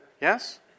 Yes